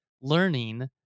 learning